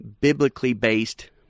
biblically-based